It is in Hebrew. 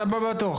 את הבאה בתור.